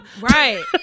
Right